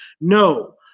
No